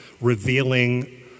revealing